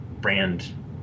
brand